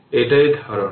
এটাই ধারণা